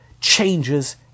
changes